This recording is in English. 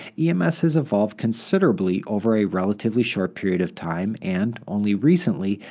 ems has evolved considerably over a relatively short period of time and, only recently,